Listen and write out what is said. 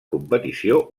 competició